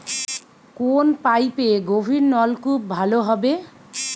কোন পাইপে গভিরনলকুপ ভালো হবে?